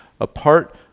apart